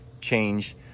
change